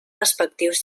respectius